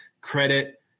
credit